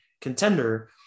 contender